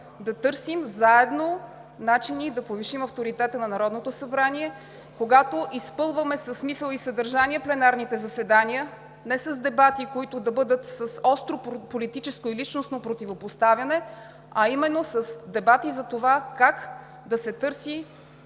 да търсим заедно начини да повишим авторитета на Народното събрание, когато изпълваме със смисъл и съдържание пленарните заседания, не с дебати, които да бъдат с остро политическо и личностно противопоставяне, а именно с дебати за това как да се търси